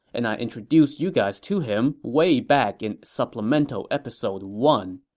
and i introduced you guys to him way back in supplemental episode one.